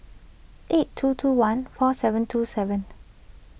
eight two two one four seven two seven